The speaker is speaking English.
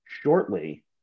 shortly